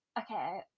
Okay